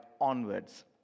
onwards